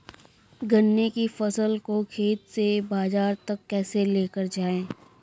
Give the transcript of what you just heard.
गन्ने की फसल को खेत से बाजार तक कैसे लेकर जाएँ?